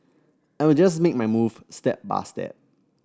I will just make my move step by step